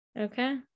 Okay